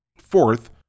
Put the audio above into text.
Fourth